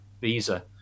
visa